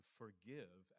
forgive